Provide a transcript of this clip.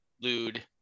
Lude